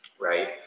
right